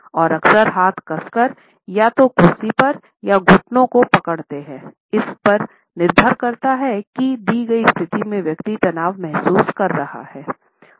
और अक्सर हाथ कसकर या तो कुर्सी पर या घुटनों को पकड़ते हैं इस पर निर्भर करता हैं कि दी गई स्थिति में व्यक्ति तनाव महसूस कर रहा है